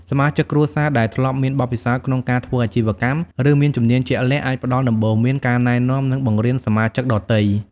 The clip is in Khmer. សមាជិកគ្រួសារដែលធ្លាប់មានបទពិសោធន៍ក្នុងការធ្វើអាជីវកម្ម ឬមានជំនាញជាក់លាក់ អាចផ្តល់ដំបូន្មាន ការណែនាំ និងបង្រៀនសមាជិកដទៃ។